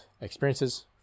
experiences